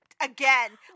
again